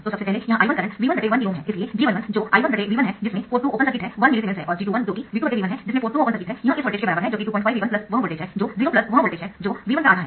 तो सबसे पहले यहाँ I1 करंट V1 1KΩ है इसलिए g11 जो I1 V1 है जिसमें पोर्ट 2 ओपन सर्किट है 1 मिलीसीमेंस है और g21 जो कि V2 V1 है जिसमें पोर्ट 2 ओपन सर्किट है यह इस वोल्टेज के बराबर है जो कि 25V1 वह वोल्टेज है जो 0 वह वोल्टेज है जो V1 का आधा है